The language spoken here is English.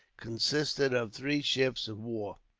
consisting of three ships of war,